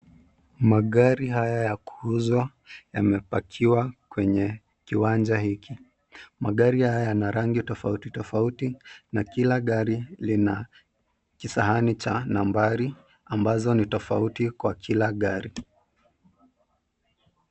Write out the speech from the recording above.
Magari haya ya kuuzwa yamepakiwa kwenye kiwanja hiki. Magari haya yana rangi tofauti tofauti na kila gari lina kisahani cha nambari ambazo ni tofauti kwa kila gari.